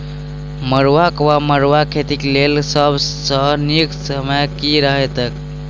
मरुआक वा मड़ुआ खेतीक लेल सब सऽ नीक समय केँ रहतैक?